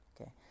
okay